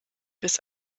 bis